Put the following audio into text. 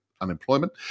unemployment